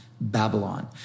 Babylon